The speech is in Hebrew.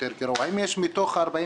האם יש מתוך ה-40